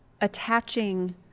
attaching